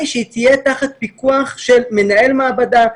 שהיא תהיה תחת פיקוח של מנהל מעבדה,